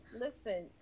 listen